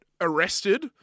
arrested